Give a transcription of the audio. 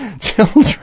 children